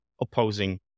opposing